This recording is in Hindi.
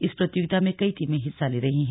इस प्रतियोगिता में कई टीमें हिस्सा ले रही हैं